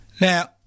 Now